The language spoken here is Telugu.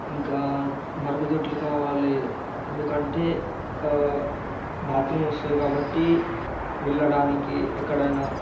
ఇంకా మరుగుదొడ్లు కావాలి ఎందుకంటే బాత్రూం వస్తుంది కాబట్టి వెళ్ళడానికి ఎక్కడైనా